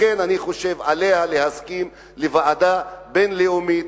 לכן אני חושב שעליה להסכים לוועדה בין-לאומית.